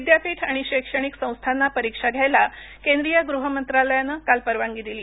विद्यापीठ आणि शैक्षणिक संस्थांना परीक्षा घ्यायला केंद्रीय गृह मंत्रालयानं काल परवानगी दिली